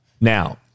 Now